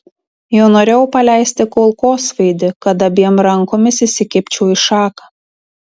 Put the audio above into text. jau norėjau paleisti kulkosvaidį kad abiem rankomis įsikibčiau į šaką